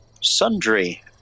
Sundry